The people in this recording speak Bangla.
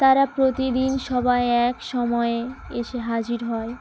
তারা প্রতিদিন সবাই এক সময়ে এসে হাজির হয়